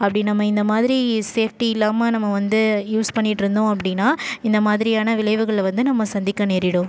அப்படி நம்ம இந்த மாதிரி சேஃப்டியில்லாமல் நம்ம வந்து யூஸ் பண்ணிகிட்டு இருந்தோம் அப்படின்னா இந்த மாதிரியான விளைவுகளை நம்ம சந்திக்க நேரிடும்